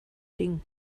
ding